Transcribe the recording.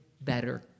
better